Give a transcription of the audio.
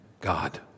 God